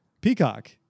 Peacock